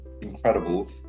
incredible